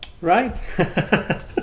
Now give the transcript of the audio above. Right